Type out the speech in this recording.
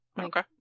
Okay